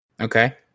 Okay